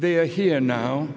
they are here now